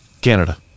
Canada